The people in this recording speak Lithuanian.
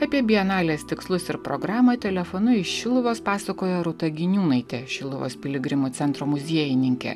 apie bienalės tikslus ir programą telefonu iš šiluvos pasakoja rūta giniūnaitė šiluvos piligrimų centro muziejininkė